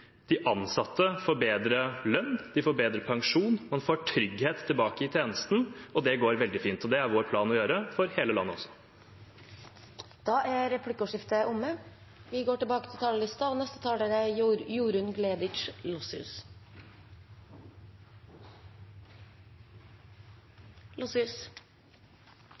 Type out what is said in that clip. De ansatte får bedre lønn, de får bedre pensjon, man får trygghet tilbake i tjenesten. Det går veldig fint, og det er vår plan å gjøre for hele landet også. Replikkordskiftet er omme. Jeg er veldig stolt av regjeringens barne- og